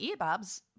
Earbuds